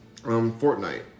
Fortnite